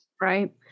right